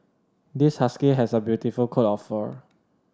this husky has a beautiful coat of fur